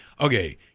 okay